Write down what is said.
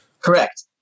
Correct